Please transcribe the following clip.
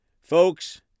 Folks